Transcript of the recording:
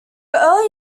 early